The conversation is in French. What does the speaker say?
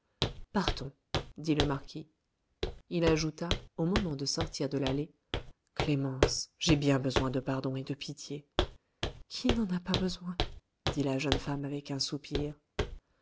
dit le marquis il ajouta au moment de sortir de l'allée clémence j'ai bien besoin de pardon et de pitié qui n'en a pas besoin dit la jeune femme avec un soupir